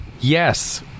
Yes